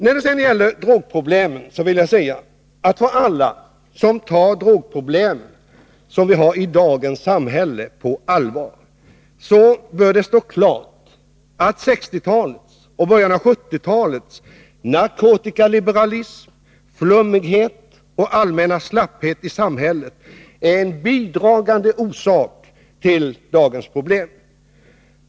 När det gäller drogproblemen vill jag säga att för alla som tar de drogproblem vi har i dagens samhälle på allvar bör det stå klart att 1960-talets och början av 1970-talets narkotikaliberalism, flummighet och allmänna slapphet i samhället är bidragande orsaker till dagens problem.